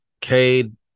Cade